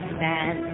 man